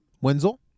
Wenzel